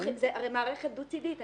זו הרי מערכת דו צדית.